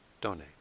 donate